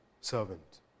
servant